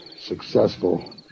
successful